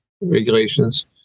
regulations